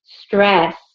Stress